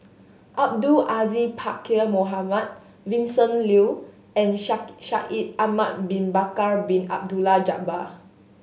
Abdul Aziz Pakkeer Mohamed Vincent Leow and Shaikh Ye Ahmad Bin Bakar Bin Abdullah Jabbar